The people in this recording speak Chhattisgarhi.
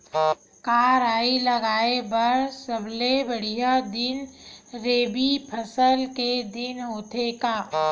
का राई लगाय बर सबले बढ़िया दिन रबी फसल के दिन होथे का?